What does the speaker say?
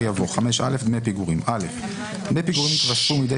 יבוא: "5א.דמי פיגורים דמי פיגורים יתווספו מדי